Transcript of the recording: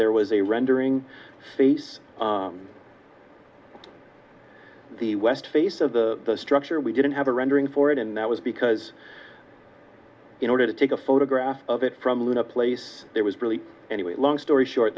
there was a rendering face the west face of the structure we didn't have a rendering for it and that was because in order to take a photograph of it from the place there was really anyway long story short